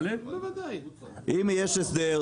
אם יש הסדר,